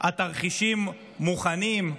התרחישים מוכנים,